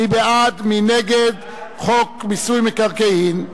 מי בעד, מי נגד חוק מיסוי מקרקעין?